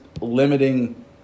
limiting